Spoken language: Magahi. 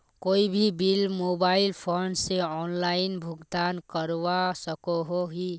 कोई भी बिल मोबाईल फोन से ऑनलाइन भुगतान करवा सकोहो ही?